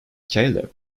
caleb